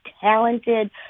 talented